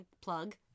plug